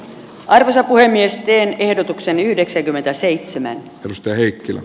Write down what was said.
arvoisa puhemies teen ehdotuksen yhdeksänkymmentäseitsemän tulosta heikkilä